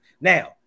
Now